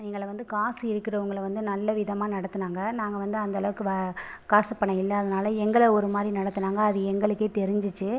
எங்களை வந்து காசு இருக்கிறவங்கள வந்து நல்ல விதமாக நடத்துனாங்க நாங்கள் வந்து அந்தளவுக்கு வ காசு பணம் இல்லாதனால் எங்களை ஒருமாதிரி நடத்துனாங்க அது எங்களுக்கே தெரிஞ்சுச்சி